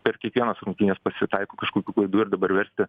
per kiekvienas rungtynes pasitaiko kažkokių klaidų ir dabar versti